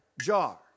jar